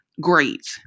great